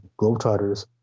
Globetrotters